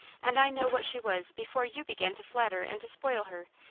and i know what she was before you began to flatter and to spoil her,